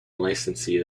licensee